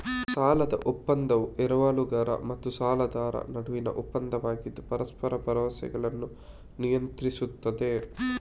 ಸಾಲದ ಒಪ್ಪಂದವು ಎರವಲುಗಾರ ಮತ್ತು ಸಾಲದಾತರ ನಡುವಿನ ಒಪ್ಪಂದವಾಗಿದ್ದು ಪರಸ್ಪರ ಭರವಸೆಗಳನ್ನು ನಿಯಂತ್ರಿಸುತ್ತದೆ